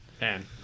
man